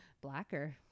Blacker